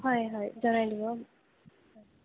হয় হয় জনাই দিব হয়